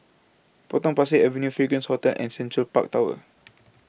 Potong Pasir Avenue Fragrance Hotel and Central Park Tower